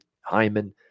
Hyman